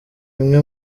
imwe